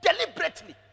Deliberately